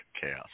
chaos